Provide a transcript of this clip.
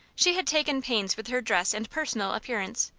she had taken pains with her dress and personal appearance,